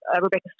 Rebecca